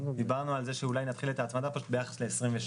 דיברנו על זה שאולי נתחיל את ההצמדה של 23' ביחס ל-22',